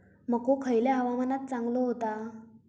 मको खयल्या हवामानात चांगलो होता?